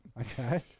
Okay